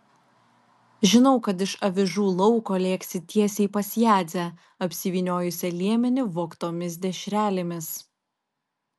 žinau kad iš avižų lauko lėksi tiesiai pas jadzę apsivyniojusią liemenį vogtomis dešrelėmis